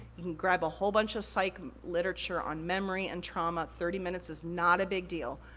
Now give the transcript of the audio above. you can grab a whole bunch of psych literature on memory and trauma, thirty minutes is not a big deal.